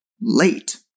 late